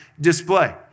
display